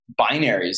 binaries